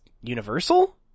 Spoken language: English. Universal